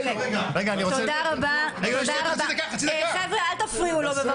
היום על סדר-היום יש לנו קביעת ועדות לדיון